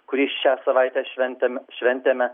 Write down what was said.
kurį šią savaitę šventėme šventėme